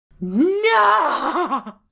No